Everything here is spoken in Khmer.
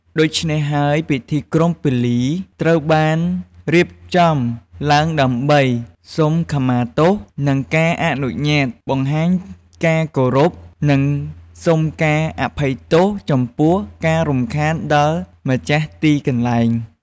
ដូច្នេះហើយ ពិធីក្រុងពាលី ត្រូវបានរៀបចំឡើងដើម្បី សុំខមាទោស និងការអនុញ្ញាត បង្ហាញការគោរព និងសុំការអភ័យទោសចំពោះការរំខានដល់ម្ចាស់ទីកន្លែង។